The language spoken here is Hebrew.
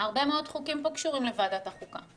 הרבה מאוד חוקים פה קשורים לוועדת החוקה.